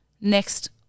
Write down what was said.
next